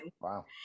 Wow